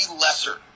lesser